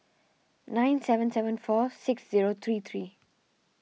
nine seven seven four six zero three three